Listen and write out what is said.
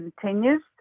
continues